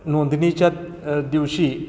नोंदणीच्या दिवशी